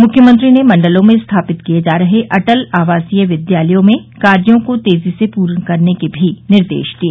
मुख्यमंत्री ने मंडलों में स्थापित किये जा रहे अटल आवासीय विद्यालयों में कार्यो को तेजी से पूर्ण करने के भी निर्देश दिये